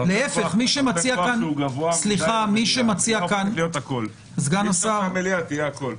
אי-אפשר שהמליאה תהיה הכול.